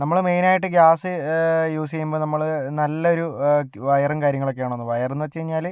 നമ്മൾ മെയിനായിട്ട് gas use ചെയ്യുമ്പം നമ്മൾ നല്ലൊരു വയറും കാര്യങ്ങളൊക്കെ ആണോയെന്ന് വയറെന്നു വെച്ച് കഴിഞ്ഞാൽ